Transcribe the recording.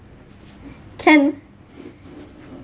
can